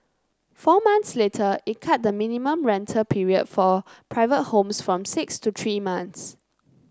four months later it cut the minimum rental period for private homes from six to three months